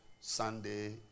Sunday